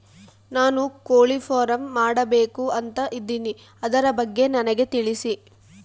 ನಾನು ಕೋಳಿ ಫಾರಂ ಮಾಡಬೇಕು ಅಂತ ಇದಿನಿ ಅದರ ಬಗ್ಗೆ ನನಗೆ ತಿಳಿಸಿ?